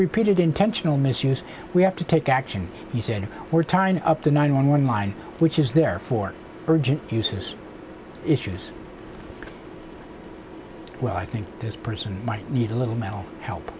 repeated intentional misuse we have to take action you said we're turning up the nine one one line which is there for urgent uses issues well i think this person might need a little male help